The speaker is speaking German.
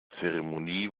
zeremonie